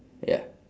ya